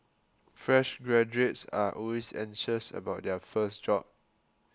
fresh graduates are always anxious about their first job